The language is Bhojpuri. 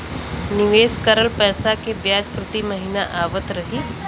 निवेश करल पैसा के ब्याज प्रति महीना आवत रही?